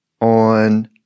on